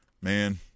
man